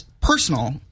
personal